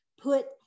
put